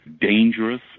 dangerous